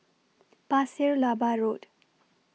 Pasir Laba Road